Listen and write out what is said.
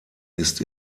ist